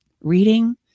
reading